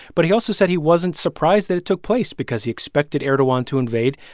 but he also said he wasn't surprised that it took place because he expected erdogan to invade.